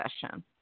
session